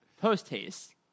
post-haste